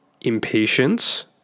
impatience